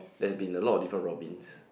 there's been a lot of different Robins